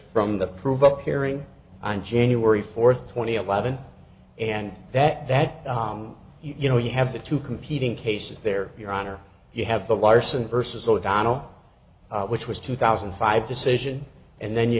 from the prove up hearing on january fourth twenty eleven and that that you know you have the two competing cases there your honor you have the larson versus o'donnell which was two thousand and five decision and then you